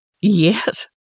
Yes